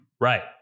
Right